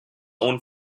own